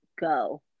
go